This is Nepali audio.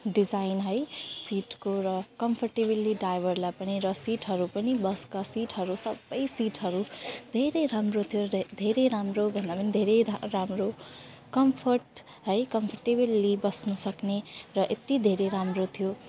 डिजाइन है सिटको र कम्फर्टेबली ड्राइभरलाई पनि र सिटहरू पनि बसका सिटहरू सबै सिटहरू धेरै राम्रो थियो र धेरै राम्रो भन्दा पनि धेरै राम्रो कम्फर्ट है कम्फर्टेबली बस्नसक्ने र यत्ति धेरै राम्रो थियो